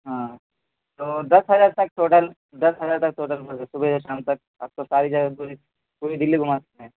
ہاں تو دس ہزار تک ٹوٹل دس ہزار تک ٹوٹل صبح سے شام تک آپ کو ساری جگہ پوری دہلی گھما ہیں